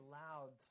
loud